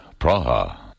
Praha